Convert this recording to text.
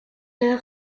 leur